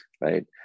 right